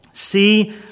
See